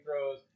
throws